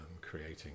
creating